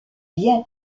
bien